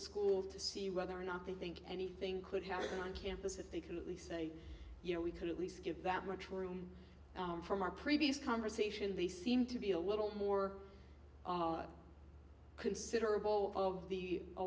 school to see whether or not they think anything could happen on campus if they can at least say you know we could at least give that much room from our previous conversation they seem to be a little more considerable of the